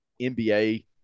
NBA